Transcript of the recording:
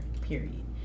period